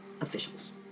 officials